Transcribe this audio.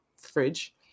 fridge